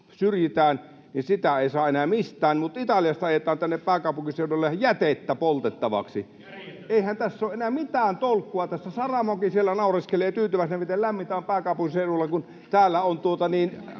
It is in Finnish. että sitä ei saa enää mistään, mutta Italiasta ajetaan tänne pääkaupunkiseudulle jätettä poltettavaksi. [Perussuomalaisten ryhmästä: Järjetöntä!] Eihän tässä ole enää mitään tolkkua. Saramokin siellä naureskelee tyytyväisenä, miten lämmintä on pääkaupunkiseudulla, kun täällä on niin